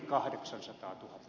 arvoisa puhemies